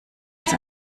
als